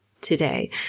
today